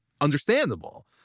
understandable